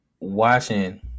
watching